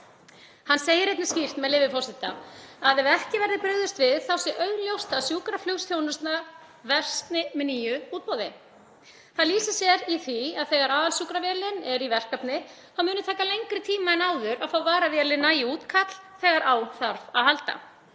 Hann segir skýrt, með leyfi forseta, að ef ekki verði brugðist við sé augljóst að sjúkraflugsþjónusta versni með nýju útboði. Það lýsir sér í því að þegar aðalsjúkravélin er í verkefni muni taka lengri tíma en áður að fá varavélina í útkall þegar á þarf að halda.